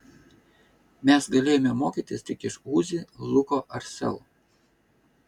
mes galėjome mokytis tik iš uzi luko ar sel